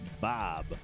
Bob